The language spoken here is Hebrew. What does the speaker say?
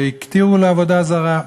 שהקטירו לעבודה זרה,